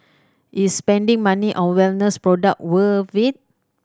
is spending money on wellness product worth it